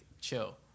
chill